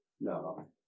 No